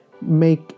make